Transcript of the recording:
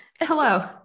Hello